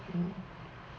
mm